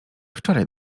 wczoraj